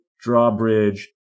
drawbridge